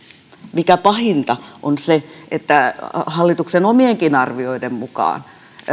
on se että hallituksen omienkin arvioiden mukaan